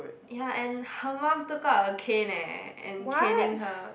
ya and her mum took out a cane eh and caning her